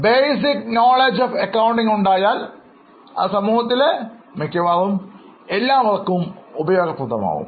Basic knowledge of accountingഉണ്ടായാൽ അത് സമൂഹത്തിലെ മിക്കവാറും എല്ലാവർക്കും ഉപയോഗപ്രദമാകും